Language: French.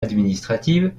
administrative